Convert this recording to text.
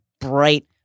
bright